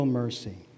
mercy